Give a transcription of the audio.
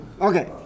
Okay